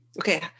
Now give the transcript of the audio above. Okay